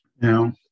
Now